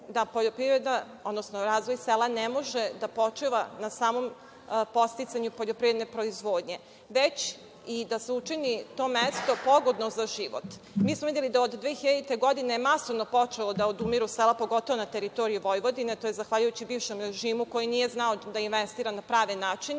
da poljoprivreda, odnosno razvoj sela ne može da počiva na samom podsticanju poljoprivredne proizvodnje, već i da se učini to mesto pogodnim za život. Mi smo videli da su od 2000. godine masovno počela da odumiru sela, pogotovo na teritoriji Vojvodine, i to zahvaljujući bivšem režimu koji nije znao da investira na prave načine,